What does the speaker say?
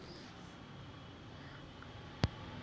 मोर खाता ल बन्द कराये बर का का करे ल पड़ही?